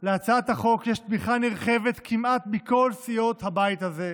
להצעת החוק יש תמיכה נרחבת כמעט מכל סיעות הבית הזה,